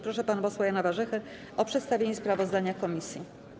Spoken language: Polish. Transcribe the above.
Proszę pan posła Jana Warzechę o przedstawienie sprawozdania komisji.